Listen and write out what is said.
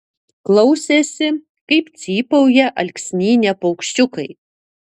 klausėsi kaip cypauja alksnyne paukščiukai